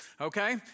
okay